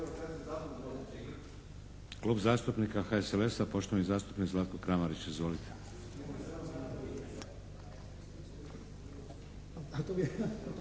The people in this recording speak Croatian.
Klub zastupnika HDZ-a, poštovani zastupnik Dražen Bošnjaković. Izvolite.